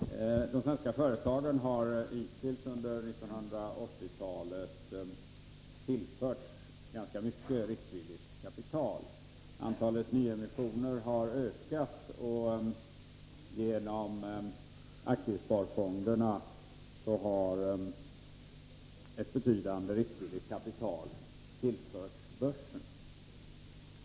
Herr talman! De svenska företagen har hittills under 1980-talet tillförts ganska mycket riskvilligt kapital. Antalet nyemissioner har ökat och genom aktiesparfonderna har ett betydande riskvilligt kapital tillförts börsen.